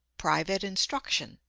private instruction